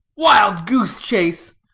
wild goose chase!